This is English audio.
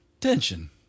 tension